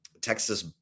Texas